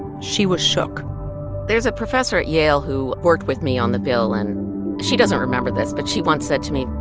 she was shook there's a professor at yale who worked with me on the bill. and she doesn't remember this, but she once said to me,